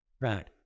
right